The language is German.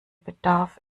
bedarf